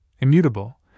immutable